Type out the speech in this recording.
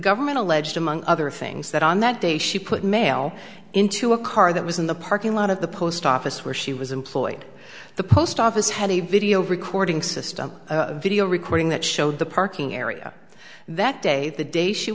government alleged among other things that on that day she put mail into a car that was in the parking lot of the post office where she was employed the post office had a video recording system video recording that showed the parking area that day the day she